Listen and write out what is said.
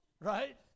right